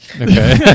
okay